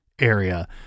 area